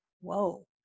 whoa